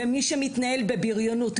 ומי שמתנהל בבריונות,